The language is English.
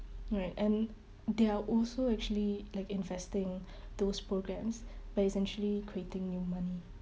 alright and there are also actually like investing those programs but essentially creating new money